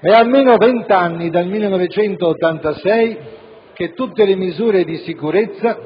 è almeno da vent'anni, dal 1986, che tutte le misure di sicurezza